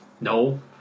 no